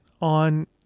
on